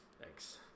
Thanks